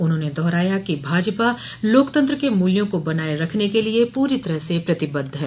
उन्होंने दोहराया कि भाजपा लोकतंत्र के मूल्यों को बनाये रखने के लिए पूरी तरह प्रतिबद्ध है